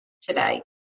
today